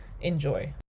Enjoy